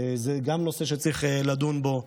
זה גם נושא שצריך לדון בו.